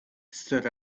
stood